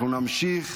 אנחנו נמשיך.